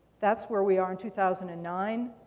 that's where we are in two thousand and nine.